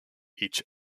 each